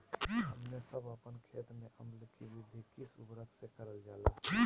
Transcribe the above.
हमने सब अपन खेत में अम्ल कि वृद्धि किस उर्वरक से करलजाला?